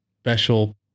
special